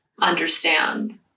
understand